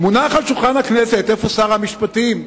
איפה שר המשפטים?